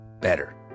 better